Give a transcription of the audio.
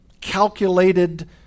calculated